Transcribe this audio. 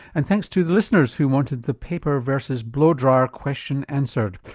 and thanks to the listeners who wanted the paper versus blow dryer question answered.